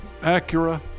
Acura